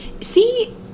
See